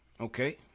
okay